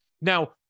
Now